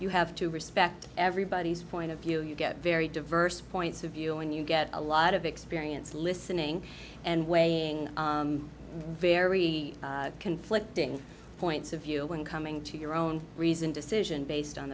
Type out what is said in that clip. you have to respect everybody's point of view you get very diverse points of view and you get a lot of experience listening and weighing very conflicting points of view and coming to your own reasoned decision based on